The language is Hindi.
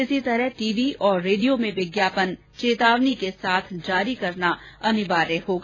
इसी तरह टीवी और रेडियो में विज्ञापन चेतावनी के साथ जारी करना अनिवार्य होगा